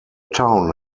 town